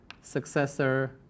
Successor